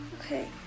Okay